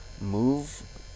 move